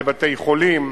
לבתי-חולים,